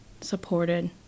supported